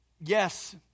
yes